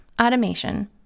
Automation